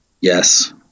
Yes